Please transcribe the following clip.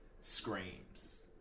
screams